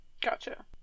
Gotcha